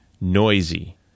noisy